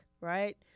right